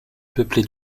peuplé